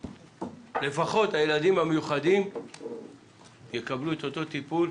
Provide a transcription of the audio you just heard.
שלפחות הילדים המיוחדים יקבלו את אותו טיפול,